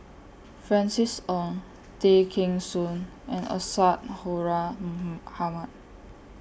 Francis Ng Tay Kheng Soon and Isadhora Mohamed